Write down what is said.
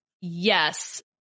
yes